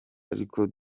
ariko